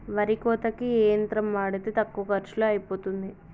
వరి కోతకి ఏ యంత్రం వాడితే తక్కువ ఖర్చులో అయిపోతుంది?